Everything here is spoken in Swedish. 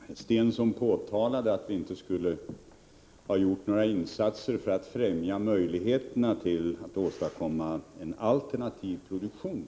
Herr talman! Börje Stensson påstod att vi inte skulle ha gjort några insatser för att främja möjligheterna till alternativ produktion.